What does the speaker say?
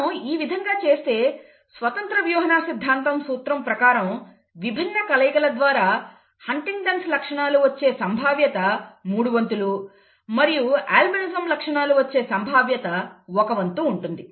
మనం ఈ విధంగా చేస్తే స్వతంత్ర వ్యూహన సిద్దాంతం సూత్రం ప్రకారం విభిన్న కలయికల ద్వారా హంటింగ్టన్'స్ లక్షణాలు వచ్చే సంభావ్యత మూడు వంతులు మరియు అల్బినిజం లక్షణాలు వచ్చే సంభావ్యత ఒక వంతు ఉంటుంది